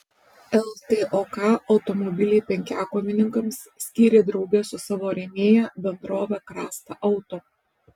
ltok automobilį penkiakovininkams skyrė drauge su savo rėmėja bendrove krasta auto